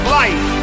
life